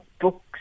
books